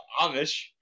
Amish